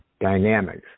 dynamics